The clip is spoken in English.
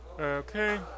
Okay